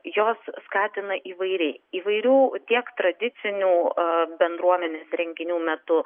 jos skatina įvairiai įvairių tiek tradicinių bendruomenės renginių metu